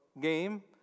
game